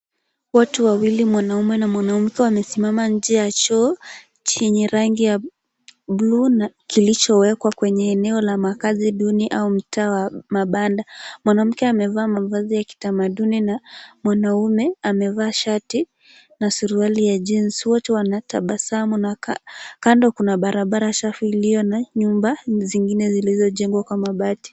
Watu wawili mwanaume na mwanamke wamesimama nje ya choo chenye rangi ya bluu na kilichowekwa kwenye eneo la makaazi duni au mtaa wa mabanda. Mwanamke amevaa mavazi ya kitamaduni na mwanaume amevaa shati na suruali ya jinsi wote wanatabasamu na kando kuna barabara chafu iliyo na nyumba zingine zilizojengwa kwa mabati.